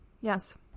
Yes